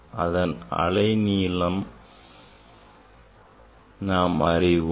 அதன் அலை நீளத்தை நாம் அறிவோம்